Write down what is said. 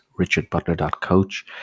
richardbutler.coach